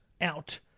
out